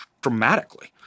dramatically